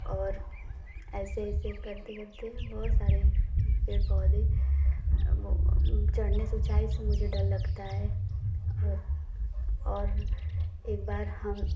और ऐसे ऐसे करते करते बहुत सारे पेड़ पौधे वो चढ़ने से ऊँचाई से मुझे डर लगता है और और एक बार हम